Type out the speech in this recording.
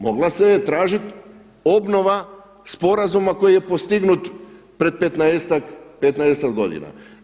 Mogla se je tražiti obnova sporazuma koji je postignut pred petnaestak godina.